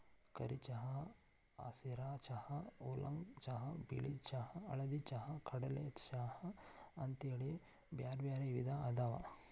ಕರಿ ಚಹಾ, ಹಸಿರ ಚಹಾ, ಊಲಾಂಗ್ ಚಹಾ, ಬಿಳಿ ಚಹಾ, ಹಳದಿ ಚಹಾ, ಕಾಡೆ ಚಹಾ ಅಂತೇಳಿ ಬ್ಯಾರ್ಬ್ಯಾರೇ ವಿಧ ಅದಾವ